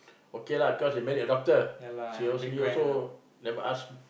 okay lah because they married a doctor she also he also never ask